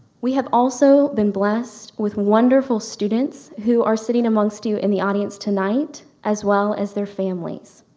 we have also been blessed with wonderful students who are sitting amongst you in the audience tonight as well as their families.